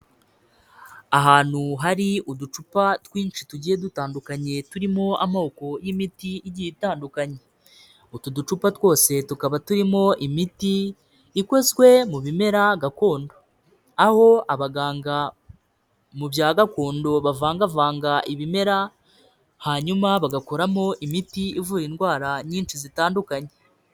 Ahantu hari uducupa twinshi tugiye dutandukanye turimo amoko y'imiti igiye itandukanye, utu ducupa twose tukaba turimo imiti ikozwe mu bimera gakondo, aho abaganga mu bya gakondo bavangavanga ibimera hanyuma bagakoramo imiti ivura indwara nyinshi zitandukanye.